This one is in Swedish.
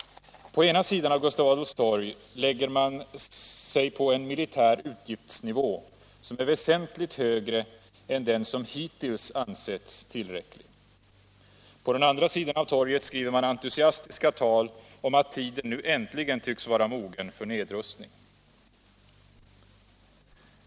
På ena sidan av Gustav Adolfs torg lägger man sig på en militär uppgiftsnivå som är väsentligt högre än den som hittills ansetts tillräcklig. På den andra sidan av torget skriver man entusiastiska tal om att tiden nu äntligen tycks vara mogen för nedrustning.